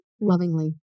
Lovingly